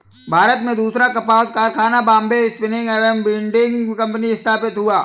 भारत में दूसरा कपास कारखाना Bombay spinning and weaving company स्थापित हुआ